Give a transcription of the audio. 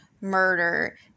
murder